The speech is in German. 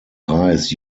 reis